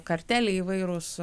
karteliai įvairūs